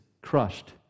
crushed